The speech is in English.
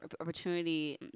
opportunity